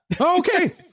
okay